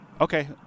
Okay